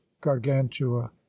gargantua